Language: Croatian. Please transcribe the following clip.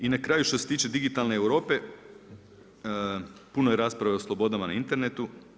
I na kraju što se tiče digitalne Europe, puno je rasprave o slobodama na internetu.